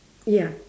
ya